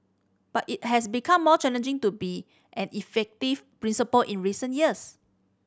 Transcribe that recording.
but it has become more challenging to be an effective principal in recent years